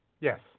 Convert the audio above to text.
Yes